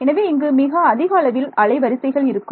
எனவே இங்கு மிக அதிக அளவில் அலைவரிசைகள் இருக்கும்